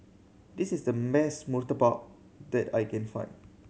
this is the murtabak that I can find